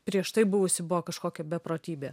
prieš tai buvusi kažkokia beprotybė